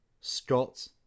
Scott